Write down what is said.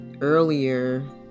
earlier